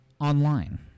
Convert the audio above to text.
online